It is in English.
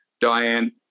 Diane